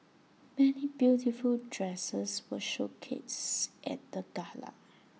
many beautiful dresses were showcased at the gala